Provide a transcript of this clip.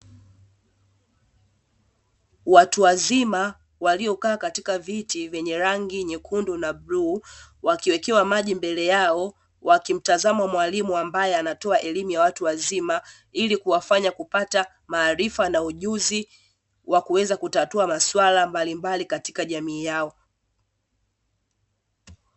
Watu wazima waliokaa katika viti vyenye rangi nyekundu na bluu, wakiwekewa maji mbele yao, wakimtazama mwalimu ambaye anatoa elimu ya watu wazima, ili kuwafanya kupata maarifa na ujuzi wa kuweza kutatua masuala mbalimbali katika jamii yao.